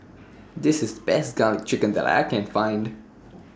This IS Best Garlic Chicken that I Can Find